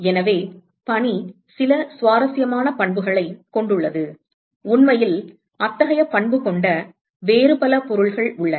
எனவே பனி சில சுவாரஸ்யமான பண்புகளைக் கொண்டுள்ளது உண்மையில் அத்தகைய பண்பு கொண்ட வேறு பல பொருள்கள் உள்ளன